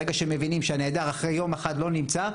ברגע שמבינים שהנעדר אחרי יום אחד לא נמצא,